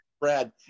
Brad